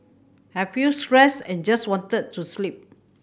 I feel stressed and just wanted to sleep